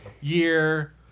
year